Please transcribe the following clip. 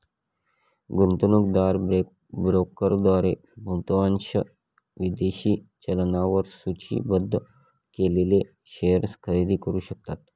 गुंतवणूकदार ब्रोकरद्वारे बहुतांश विदेशी चलनांवर सूचीबद्ध केलेले शेअर्स खरेदी करू शकतात